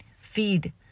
Feed